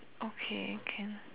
okay can